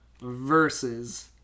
versus